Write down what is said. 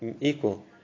equal